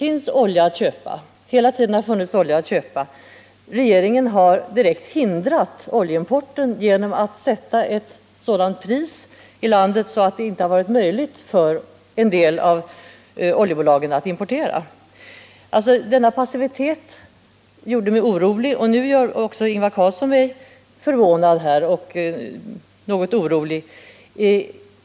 Trots att det hela tiden har funnits olja att köpa har regeringen direkt hindrat oljeimporten genom att sätta ett sådant pris på oljan här i landet att det inte varit möjligt för en del av oljebolagen att importera. Denna passivitet gjorde mig orolig. Nu gör också Ingvar Carlsson mig förvånad och något orolig.